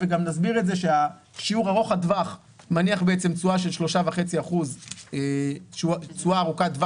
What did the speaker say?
שיעור ארוך הטווח מניב תשואה ארוכת טווח